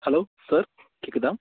hello sir கேட்குதா